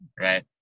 right